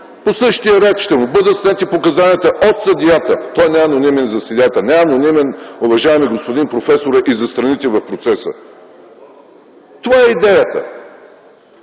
по същия ред ще му бъдат снети показанията от съдията. Той не е анонимен за съдията. Не е анонимен, уважаеми господин професоре, и за страните в процеса. Това е идеята,